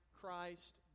Christ